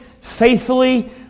faithfully